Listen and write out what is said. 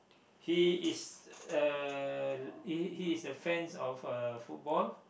he is a he he is a fans of uh football